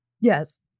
Yes